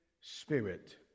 spirit